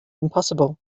impossible